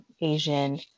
Asian